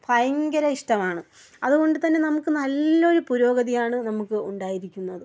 ഭയങ്കര ഇഷ്ടമാണ് അതുകൊണ്ട് തന്നെ നമുക്ക് നല്ലൊരു പുരോഗതിയാണ് നമ്മുക്ക് ഉണ്ടായിരിക്കുന്നത്